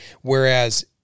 Whereas